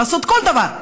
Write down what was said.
לעשות כל דבר: